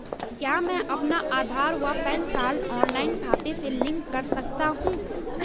क्या मैं अपना आधार व पैन कार्ड ऑनलाइन खाते से लिंक कर सकता हूँ?